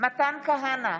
מתן כהנא,